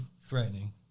threatening